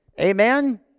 Amen